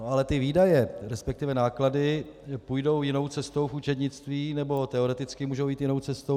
Ale ty výdaje, resp. náklady půjdou jinou cestou v účetnictví, nebo teoreticky můžou jít jinou cestou.